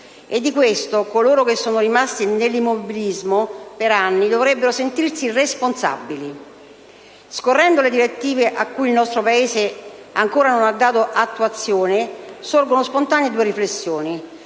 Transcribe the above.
E di questo, coloro che sono rimasti nell'immobilismo per anni dovrebbero sentirsi responsabili. Scorrendo le direttive a cui il nostro Paese ancora non ha dato attuazione, sorgono spontanee due riflessioni.